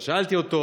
אז שאלתי אותו: